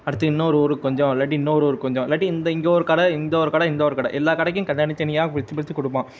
அடுத்து இன்னோரு ஊருக்கு கொஞ்சம் இல்லாட்டி இன்னோரு ஊருக்கு கொஞ்சம் இல்லாட்டி இந்த இங்கே ஒரு கடை இந்தோரு கடை இந்தோரு கடை எல்லா கடைக்கும் க தனி தனியாக பிரித்து பிரித்து கொடுப்பான்